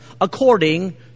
according